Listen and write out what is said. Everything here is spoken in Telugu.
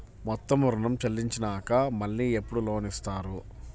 మొత్తం ఋణం చెల్లించినాక మళ్ళీ ఎప్పుడు లోన్ ఇస్తారు?